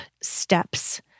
steps